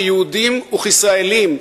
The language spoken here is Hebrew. כיהודים וכישראלים,